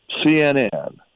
CNN